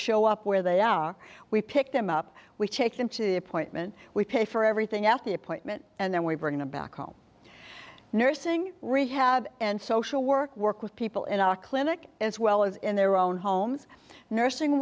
show up where they are we pick them up we take them to the appointment we pay for everything at the appointment and then we bring them back home nursing rehab and social work work with people in our clinic as well as in their own homes nursing